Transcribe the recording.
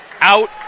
out